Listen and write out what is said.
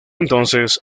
entonces